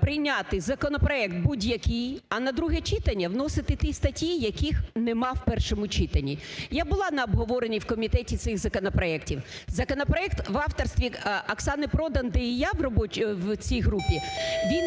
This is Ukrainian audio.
прийняти законопроект будь-який, а на друге читання вносити ті статті, яких нема в першому читанні. Я була на обговорені в комітеті цих законопроектів. Законопроект в авторстві Оксани Продан, де і я в цій групі, він є